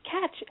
catch